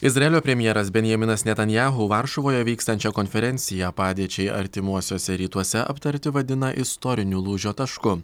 izraelio premjeras benjaminas netanjahu varšuvoje vykstančią konferenciją padėčiai artimuosiuose rytuose aptarti vadina istoriniu lūžio tašku